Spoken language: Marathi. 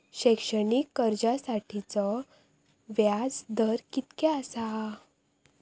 शैक्षणिक कर्जासाठीचो व्याज दर कितक्या आसा?